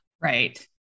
right